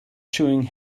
chewing